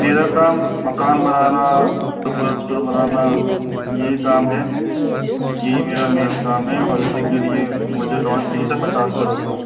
मेरा काम मकान बनाना सुपर स्टोर बनाना यही काम है यही मेरा मेन काम है और इसी के लिए मुझे लोन चाहिए था पचास करोड़ का